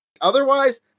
Otherwise